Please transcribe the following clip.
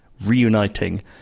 reuniting